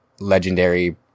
Legendary